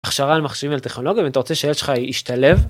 הכשרה על מחשבים ועל טכנולוגיה ואתה רוצה שהילד שלך ישתלב.